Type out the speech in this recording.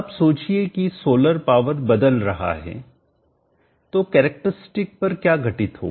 अब सोचिए कि सोलर पावर बदल रहा है तो कैरेक्टरस्टिक पर क्या घटित होगा